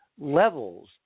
levels